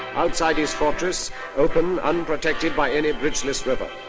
outside his fortress, open unprotected by any bridge-less river.